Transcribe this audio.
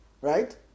Right